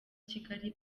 kigali